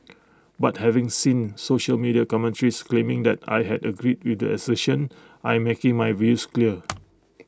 but having seen social media commentaries claiming that I had agreed with the assertion I am making my views clear